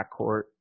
backcourt